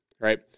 right